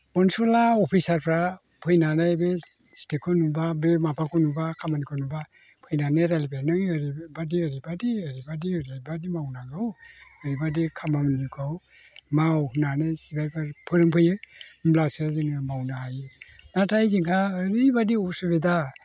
कन्ट्र'लआ अफिसारफोरा फैनानै बे स्टेटखौ नुबा बे माबाखौ नुबा खामानिखौ नुबा फैनानै रायज्लायनानै ओरैबायदि ओरैबायदि ओरैबायदि ओरैबायदि मावनांगौ ओरैबायदि खामानिखौ माव होननानै सिगां फोरोंफैयो होनब्लासो जोङो मावनो हायो नाथाय जोंहा ओरैबायदि असुबिदा